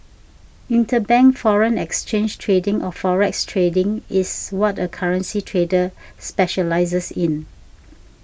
interbank foreign exchange trading or forex trading is what a currency trader specialises in